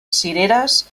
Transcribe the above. cireres